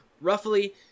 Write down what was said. Roughly